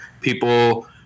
people